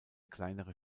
kleinere